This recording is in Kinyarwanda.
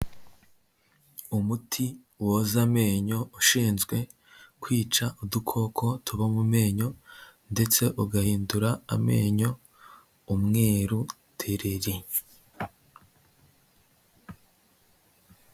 Umuti woza amenyo ushinzwe kwica udukoko tuba mu menyo, ndetse ugahindura amenyo umweru dereri.